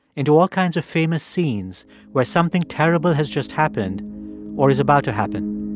into all kinds of famous scenes where something terrible has just happened or is about to happen